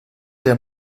der